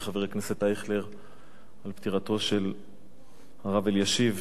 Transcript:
הכנסת אייכלר על פטירתו של הרב אלישיב,